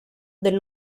del